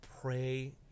pray